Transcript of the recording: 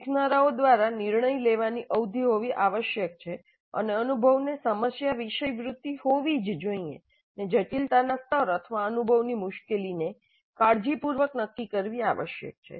શીખનારાઓ દ્વારા નિર્ણય લેવાની અવધિ હોવી આવશ્યક છે અને અનુભવને સમસ્યા વિષયવૃત્તિ હોવી જ જોઇએ અને જટિલતાના સ્તર અથવા અનુભવની મુશ્કેલીને કાળજીપૂર્વક નક્કી કરવી આવશ્યક છે